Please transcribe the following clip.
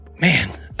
Man